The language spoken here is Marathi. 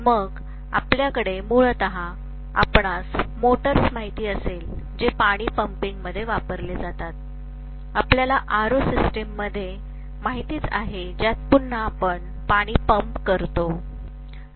मग आमच्याकडे मुळात आपणास मोटर्स माहित आहेत जे पाणी पंपिंगमध्ये वापरले जातात आपल्याला RO सिस्टममध्ये माहित आहे ज्यात पुन्हा आपण पाणी पंप करतो